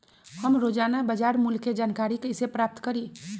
हम रोजाना बाजार मूल्य के जानकारी कईसे पता करी?